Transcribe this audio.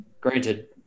Granted